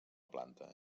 planta